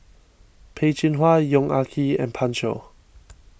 Peh Chin Hua Yong Ah Kee and Pan Shou